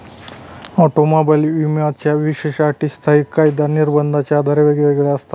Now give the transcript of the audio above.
automobile विम्याच्या विशेष अटी स्थानिक कायदा निर्बंधाच्या आधारे वेगवेगळ्या असतात